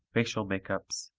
facial makeups,